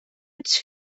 ets